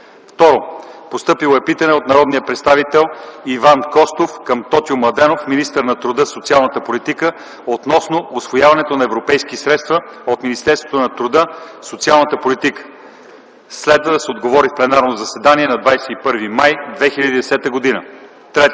г. 2. Постъпило е питане от народния представител Иван Костов към Тотю Младенов, министър на труда и социалната политика, относно усвояването на европейски средства от Министерството на труда и социалната политика. Следва да се отговори в пленарното заседание на 21 май 2010 г. 3.